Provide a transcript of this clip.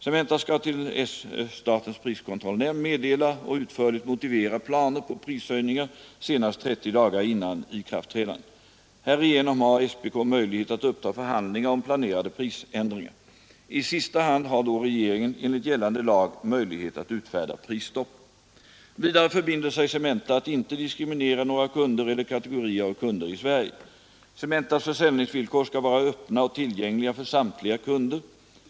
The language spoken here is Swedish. Cementa skall till statens priskontrollnämnd meddela och leligt engagemang inom byggnadsämnesindustrin utförligt motivera planer på prishöjningar senast 30 dagar före ikraftträdandet. Härigenom har SPK möjlighet att uppta förhandlingar om planerade prisändringar. I sista hand har då regeringen enligt gällande lag möjlighet att utfärda prisstopp. Vidare förbinder sig Cementa att inte diskriminera några kunder eller kategorier av kunder i Sverige. Cementas försäljningsvillkor skall vara öppna och tillgängliga för samtliga kunder.